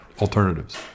alternatives